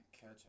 catch